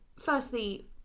firstly